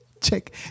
check